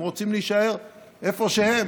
הם רוצים להישאר איפה שהם.